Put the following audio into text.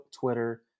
Twitter